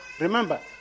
remember